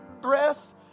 breath